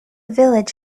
village